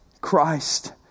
Christ